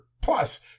plus